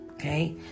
Okay